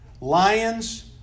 Lions